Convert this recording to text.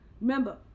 Remember